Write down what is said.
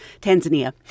Tanzania